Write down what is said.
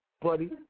Buddy